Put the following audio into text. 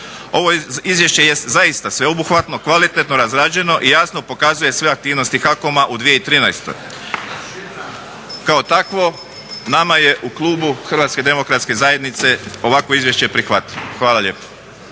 Ovo izvješće jeste zaista sveobuhvatno, kvalitetno razrađeno i jasno pokazuje sve aktivnosti HAKOM-a u 2013. Kao takvo nama je u klubu Hrvatske demokratske zajednice ovakvo izvješće prihvatljivo. Hvala lijepo.